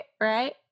right